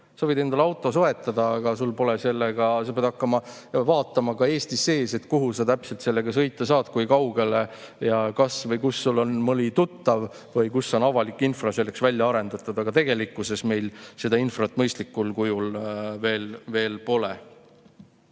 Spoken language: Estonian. Sa võid endale auto soetada, aga sa pead hakkama vaatama ka Eesti sees, kuhu sa täpselt sellega sõita saad, kui kaugele ja kas või kus sul on mõni tuttav või kus on avalik infra selleks välja arendatud. Tegelikkuses meil seda infrat mõistlikul kujul veel pole.